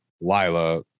Lila